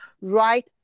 right